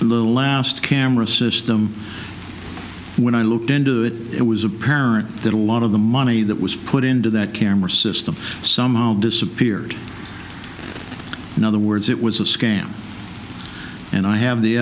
the last camera system when i looked into it it was apparent that a lot of the money that was put into that camera system somehow disappeared in other words it was a scam and i have the